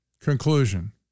Conclusion